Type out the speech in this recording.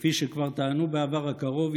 כפי שכבר טענו בעבר הקרוב,